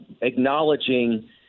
acknowledging